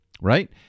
right